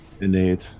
Indeed